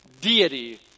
deity